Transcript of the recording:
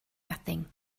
nothing